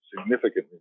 significantly